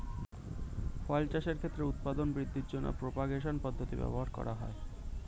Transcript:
ফল চাষের ক্ষেত্রে উৎপাদন বৃদ্ধির জন্য প্রপাগেশন পদ্ধতি ব্যবহার করা হয়